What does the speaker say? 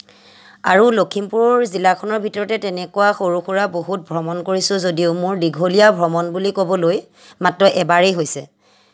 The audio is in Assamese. আৰু লখিমপুৰ জিলাখনৰ ভিতৰতে তেনেকুৱা সৰু সুৰা বহুত ভ্ৰমণ কৰিছোঁ যদিও মোৰ দীঘলীয়া ভ্ৰমণ বুলি ক'বলৈ মাত্ৰ এবাৰেই হৈছে